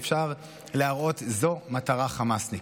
שאפשר להראות: זו מטרה חמאסניקית.